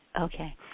okay